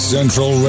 Central